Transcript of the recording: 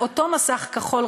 אותו מסך כחול,